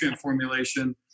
formulation